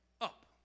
up